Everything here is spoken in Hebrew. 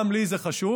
גם לי זה חשוב.